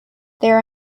there